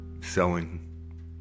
selling